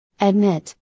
Admit